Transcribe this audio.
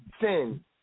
sin